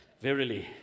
verily